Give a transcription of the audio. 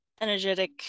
energetic